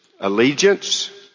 Allegiance